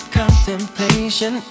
contemplation